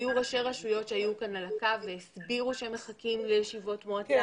היו ראשי רשויות שהיו על הקו והסבירו שהם מחכים לישיבות מועצה,